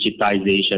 digitization